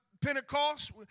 Pentecost